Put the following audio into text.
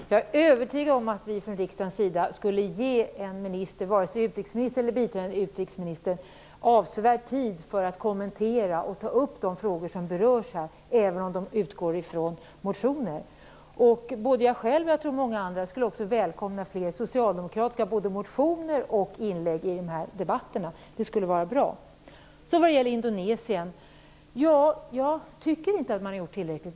Fru talman! Jag är övertygad om att vi från riksdagens sida skulle ge en minister, oavsett om det vore utrikesministern eller biträdande utrikesministern, avsevärd tid för att kommentera och ta upp de frågor som berörs här, även om de utgår från motioner. Jag själv, och jag tror många andra, skulle också välkomna fler socialdemokratiska både motioner och inlägg i de här debatterna. Det skulle vara bra. Vad gäller Indonesien tycker jag inte att man har gjort tillräckligt.